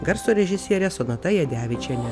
garso režisierė sonata jadevičienė